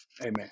Amen